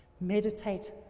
Meditate